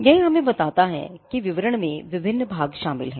यह हमें बताता है कि विवरण में विभिन्न भाग शामिल हैं